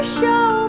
show